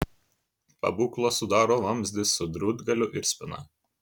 pabūklą sudaro vamzdis su drūtgaliu ir spyna